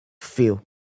feel